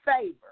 favor